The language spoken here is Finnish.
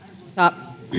arvoisa